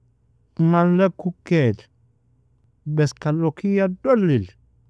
Mallek ukaier, bs kalakia dolir.